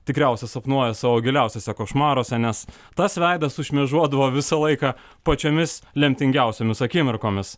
tikriausia sapnuoja savo giliausiuose košmaruose nes tas veidas sušmėžuodavo visą laiką pačiomis lemtingiausiomis akimirkomis